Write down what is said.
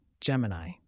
Gemini